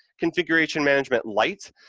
configuration management light,